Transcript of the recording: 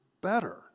better